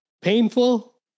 Painful